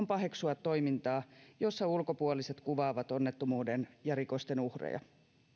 paheksua toimintaa jossa ulkopuoliset kuvaavat onnettomuuden ja rikosten uhreja